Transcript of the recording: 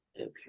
Okay